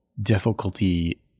difficulty